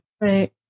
Right